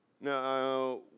Now